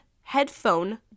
headphone